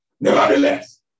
Nevertheless